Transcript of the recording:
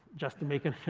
just to make an